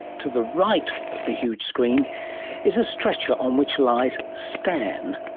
to the right of the huge screen is a stretcher on which lies stan.